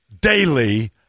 Daily